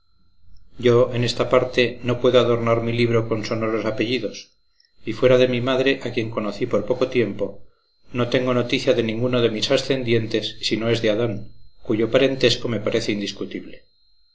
yo en esta parte no puedo adornar mi libro con sonoros apellidos y fuera de mi madre a quien conocí por poco tiempo no tengo noticia de ninguno de mis ascendientes si no es de adán cuyo parentesco me parece indiscutible